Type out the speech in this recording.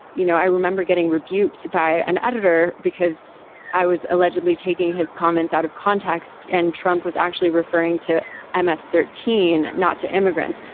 you know, i remember getting rebuked by an editor because i was allegedly taking his comments out of context and trump was actually referring to ms ah thirteen, not to immigrants.